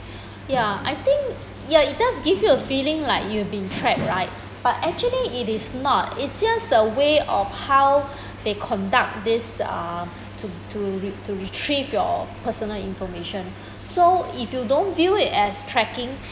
ya I think ya it does give you a feeling like you've been tracked right but actually it is not it just a way of how they conduct this uh to to to to retrieve your personal information so if you don't view it as tracking